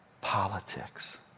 politics